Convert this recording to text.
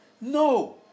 No